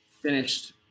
Finished